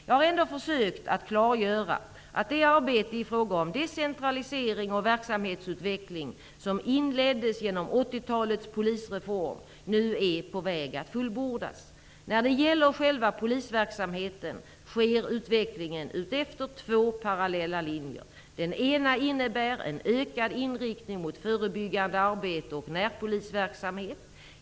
Jag har ändå försökt att klargöra att det arbete i fråga om decentralisering och verksamhetsutveckling som inleddes genom 80 talets polisreform nu är på väg att fullbordas. När det gäller själva polisverksamheten sker utvecklingen efter två parallella linjer. Den ena innebär en ökad inriktning mot förebyggande arbete och närpolisverksamhet.